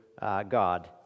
God